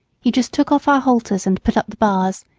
he just took off our halters and put up the bars,